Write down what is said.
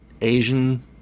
Asian